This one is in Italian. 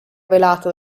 velata